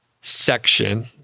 section